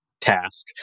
task